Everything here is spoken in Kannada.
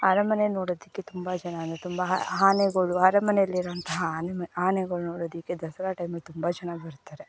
ಅರಮನೆ ನೋಡೋದಕ್ಕೆ ತುಂಬ ಜನ ಅಂದರೆ ತುಂಬ ಆ ಆನೆಗಳು ಅರಮನೆ ಅಲ್ಲಿರೋವಂತಹ ಆನೆ ಮ ಆನೆಗಳ ನೋಡೋದಕ್ಕೆ ದಸರಾ ಟೈಮಲ್ಲಿ ತುಂಬ ಜನ ಬರ್ತಾರೆ